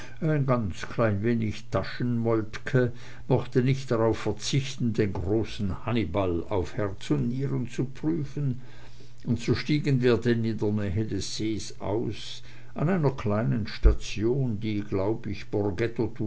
ein ganz klein wenig taschen moltke mochte nicht darauf verzichten den großen hannibal auf herz und nieren zu prüfen und so stiegen wir denn in nähe des sees aus an einer kleinen station die glaub ich